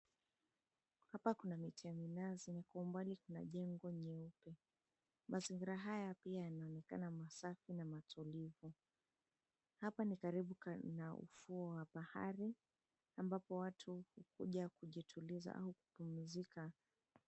Hapa kuna miti ya minazi, na kwa umbali kuna jengo jeupe. Mazingira haya pia yanaonekana masafi na matulivu. Hapa ni karibu na ufuo wa bahari, ambapo watu huja kujituliza au kupumzika.